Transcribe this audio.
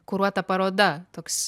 kuruota paroda toks